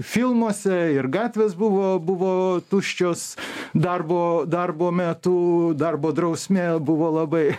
filmuose ir gatvės buvo buvo tuščios darbo darbo metu darbo drausmė buvo labai